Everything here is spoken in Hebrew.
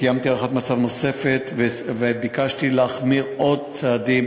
קיימתי הערכת מצב נוספת וביקשתי להחמיר עוד צעדים,